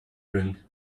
drink